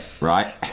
right